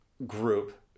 group